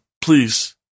please